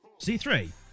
C3